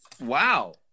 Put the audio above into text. Wow